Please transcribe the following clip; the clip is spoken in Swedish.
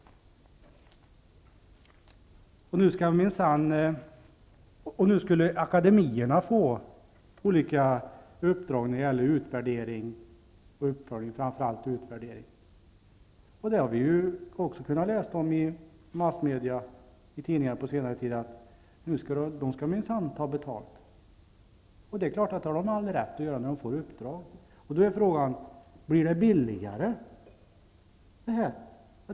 Nu skulle akademierna få olika uppdrag som gällde utvärdering och uppföljning, framför allt utvärdering. Vi har också kunnat läsa i tidningarna på senare tid att de minsann skulle ta betalt. Det är klart att de har all rätt att göra det, när de får uppdrag. Då är frågan: Blir detta billigare?